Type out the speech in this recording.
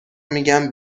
میگم